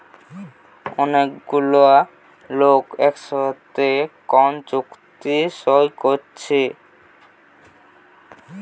অনেক গুলা লোক একসাথে কোন চুক্তি সই কোরছে